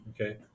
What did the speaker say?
okay